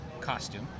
costume